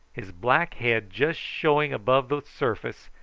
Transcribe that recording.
his black head just showing above the surface,